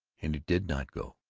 and he did not go.